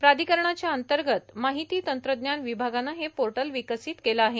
प्राधिकरणाच्या अंतर्गत माहिती तंत्रज्ञान विभागानं हे पोर्टल विकसित केलं आहे